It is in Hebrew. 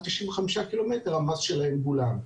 ק"מ המס שלהם גולם.